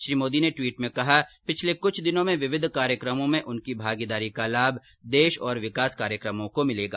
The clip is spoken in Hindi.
श्री मोदी ने ट्वीट में कहा कि पिछले कुछ दिनों में विविध कार्यक्रमों में उनकी भागीदारी का लाभ देश और विकास कार्यक्रमों को मिलेगा